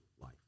life